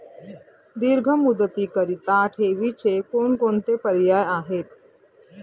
दीर्घ मुदतीकरीता ठेवीचे कोणकोणते पर्याय आहेत?